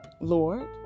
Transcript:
Lord